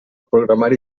programari